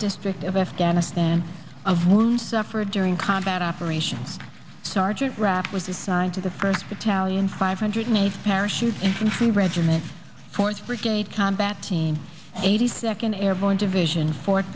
district of afghanistan of moon's suffered during combat operations sergeant wrap was assigned to the first battalion five hundred eighth parachute infantry regiment fourth brigade combat team eighty second airborne division fort